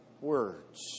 words